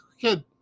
kid